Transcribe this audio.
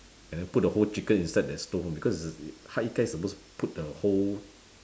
and then put the whole chicken inside that stove because hak-yi-kai is supposed to put the whole